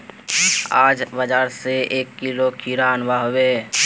आज बाजार स एक किलो खीरा अनवा हबे